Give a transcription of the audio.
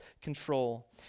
control